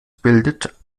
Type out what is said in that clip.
bildet